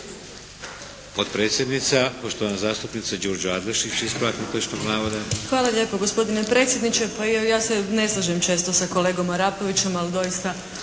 Hvala